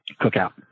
cookout